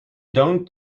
don’t